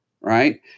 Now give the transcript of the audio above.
right